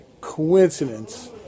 coincidence